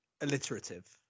alliterative